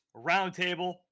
Roundtable